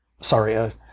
sorry